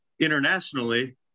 internationally